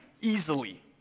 easily